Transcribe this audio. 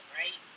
right